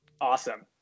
Awesome